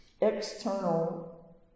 external